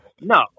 no